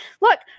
Look